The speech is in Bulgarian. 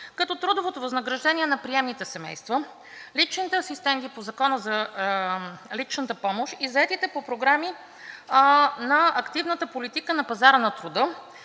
като трудовото възнаграждение на приемните семейства, личните асистенти по Закона за личната помощ и заетите по програми на активната политика на пазара на труда